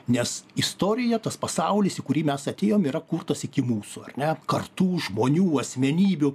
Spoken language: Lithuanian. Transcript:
nes istorija tas pasaulis į kurį mes atėjom yra kurtas iki mūsų ar ne kartų žmonių asmenybių